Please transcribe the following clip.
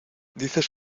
dices